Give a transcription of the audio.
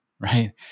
right